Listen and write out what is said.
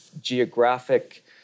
geographic